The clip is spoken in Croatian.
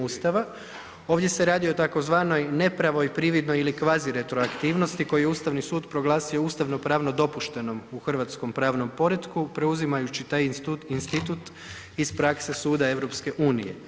Ustava, ovdje se radi tzv. nepravoj, prividnoj ili kvazi retroaktivnosti koju je Ustavni sud proglasio ustavno pravno dopuštenom u hrvatskom pravnom poretku preuzimajući taj institut iz prakse suda EU.